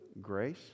grace